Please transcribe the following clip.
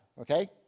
okay